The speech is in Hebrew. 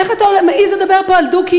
איך אתה מעז לדבר פה על דו-קיום?